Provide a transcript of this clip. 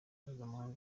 mpuzamahanga